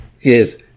Yes